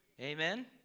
Amen